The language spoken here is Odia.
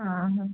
ଅଁ ହଁ